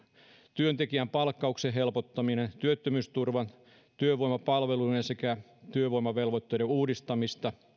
työntekijän palkkauksen helpottaminen työttömyysturvan työvoimapalveluiden sekä työvoimavelvoitteiden uudistaminen